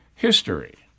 history